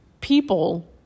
People